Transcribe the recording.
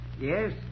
Yes